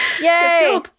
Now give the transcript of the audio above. Yay